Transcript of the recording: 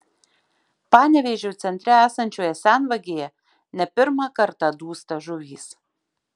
panevėžio centre esančioje senvagėje ne pirmą kartą dūsta žuvys